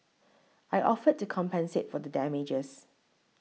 I offered to compensate for the damages